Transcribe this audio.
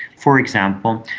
for example,